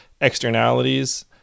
externalities